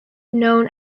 known